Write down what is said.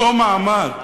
אותו מעמד,